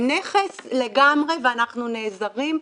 הם נכס לגמרי ואנחנו נעזרים.